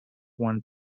one